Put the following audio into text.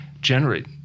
generate